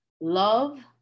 love